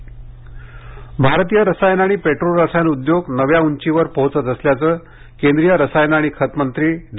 रसायने भारतीय रसायनं आणि पेट्रोरसायन उद्योग नव्या उंचीवर पोहोचत असल्याचे केंद्रीय रसायने आणि खते मंत्री डी